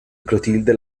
clotilde